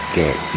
get